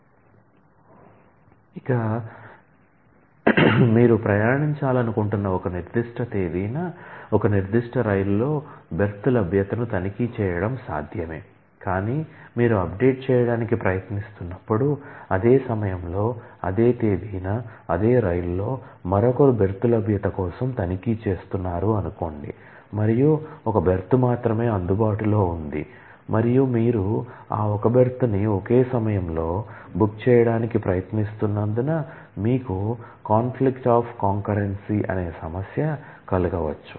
ఇక మీరు ప్రయాణించాలనుకుంటున్న ఒక నిర్దిష్ట తేదీన ఒక నిర్దిష్ట రైలులో బెర్త్ అనే సమస్య కలగవచ్చు